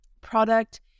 Product